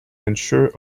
unsure